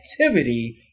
activity